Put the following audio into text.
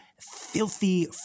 filthy